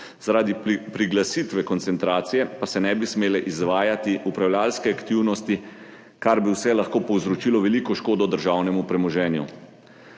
Zaradi priglasitve koncentracije pa se ne bi smele izvajati upravljavske aktivnosti, kar bi vse lahko povzročilo veliko škodo državnemu premoženju.